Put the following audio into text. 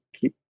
keep